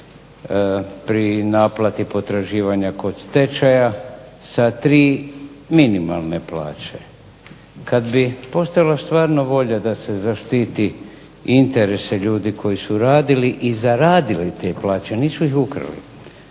pri naplati potraživanja kod stečaja sa tri minimalne plaće. Kada bi postojala stvarno volja da se zaštiti interese ljudi koji su radili i zaradili te plaće nisu ih ukrali,